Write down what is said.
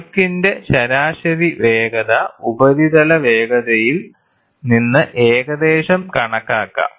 ഒഴുക്കിന്റെ ശരാശരി വേഗത ഉപരിതല വേഗതയിൽ നിന്ന് ഏകദേശം കണക്കാക്കാം